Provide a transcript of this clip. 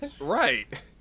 Right